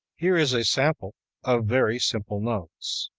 here is a sample of very simple notes